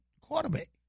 quarterback